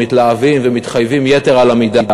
שמתלהבים ומתחייבים יתר על המידה,